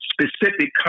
specific